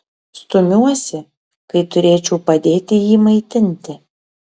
stumiuosi kai turėčiau padėti jį maitinti